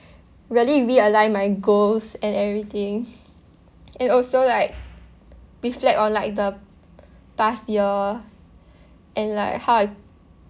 really realign my goals and everything and also like reflect on like the past year and like how I